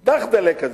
"דרדלה" כזאת,